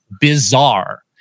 bizarre